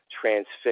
transfixed